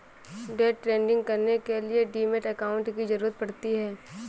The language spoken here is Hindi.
डे ट्रेडिंग करने के लिए डीमैट अकांउट की जरूरत पड़ती है